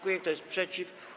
Kto jest przeciw?